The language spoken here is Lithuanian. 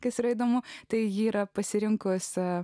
kas yra įdomu tai ji yra pasirinkusi